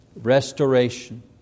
restoration